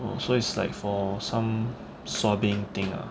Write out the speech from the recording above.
oh so it's like for some swabbing thing ah